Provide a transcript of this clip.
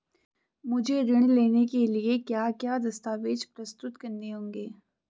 मुझे ऋण लेने के लिए क्या क्या दस्तावेज़ प्रस्तुत करने होंगे?